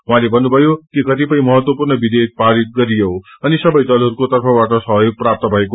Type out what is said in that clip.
उहाँले भन्नुभ्जयो कि कतिपय महत्वपूर्ण विधेयक पारित गरियो अनि सबै लहरूको तर्फबाट सहयोग प्राप्त भयो